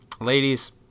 ladies